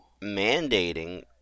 mandating